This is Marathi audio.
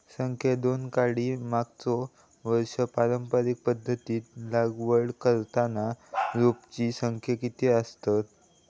संख्या दोन काडी मागचो वर्षी पारंपरिक पध्दतीत लागवड करताना रोपांची संख्या किती आसतत?